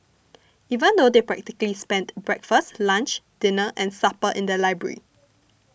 even though they practically spent breakfast lunch dinner and supper in the library